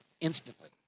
instantly